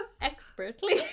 Expertly